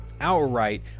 outright